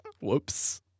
Whoops